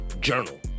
Journal